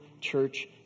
church